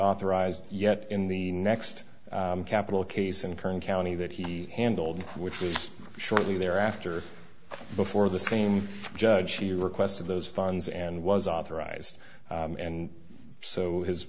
authorized yet in the next capital case in kern county that he handled which was shortly thereafter before the same judge the request of those funds and was authorized and so his